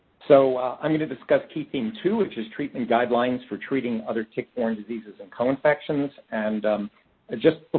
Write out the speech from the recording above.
so, i'm going to discuss key theme two, which is treatment guidelines for treating other tick-borne diseases and co-infections. and ah just,